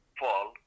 fall